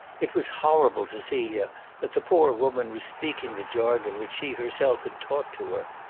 it was horrible to celia that the poor woman was speaking the jargon which she herself had taught to her.